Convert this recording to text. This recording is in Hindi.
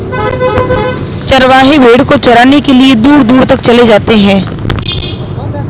चरवाहे भेड़ को चराने के लिए दूर दूर तक चले जाते हैं